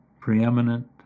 preeminent